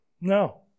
No